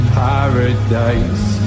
paradise